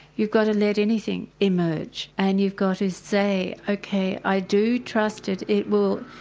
you've got to let anything emerge and you've got to say okay, i do trust it, it will,